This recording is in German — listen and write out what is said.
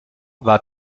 war